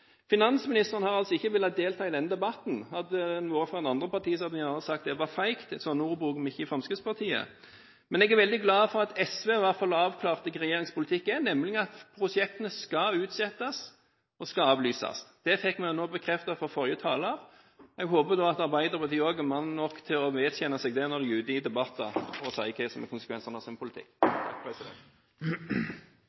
Finansministeren har altså ikke villet delta i denne debatten. Hadde en vært fra et av de andre partiene, hadde en gjerne sagt det var feigt. Slike ord bruker vi ikke i Fremskrittspartiet. Jeg er veldig glad for at i hvert fall SV har avklart hva som er regjeringens politikk, nemlig at prosjektene skal utsettes og skal avlyses. Det fikk vi bekreftet av forrige taler. Jeg håper at også Arbeiderpartiet er mann nok til å vedkjenne seg – når de er ute i debatter – hva som er konsekvensene av deres politikk.